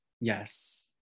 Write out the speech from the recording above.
yes